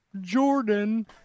jordan